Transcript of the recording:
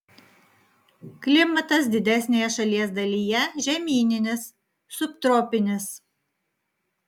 klimatas didesnėje šalies dalyje žemyninis subtropinis